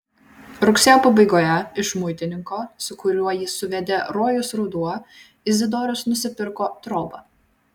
rugsėjo pabaigoje iš muitininko su kuriuo jį suvedė rojus ruduo izidorius nusipirko trobą